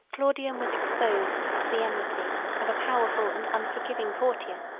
claudian was exposed to the enmity of a powerful and unforgiving courtier,